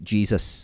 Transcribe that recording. Jesus